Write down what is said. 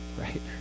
right